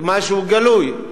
משהו גלוי.